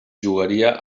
jugaria